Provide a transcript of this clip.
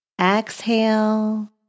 Exhale